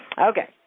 Okay